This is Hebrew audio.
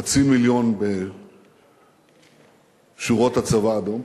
חצי מיליון בשורות הצבא האדום,